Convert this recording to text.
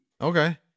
Okay